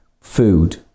food